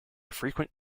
frequent